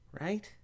right